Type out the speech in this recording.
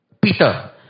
Peter